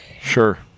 Sure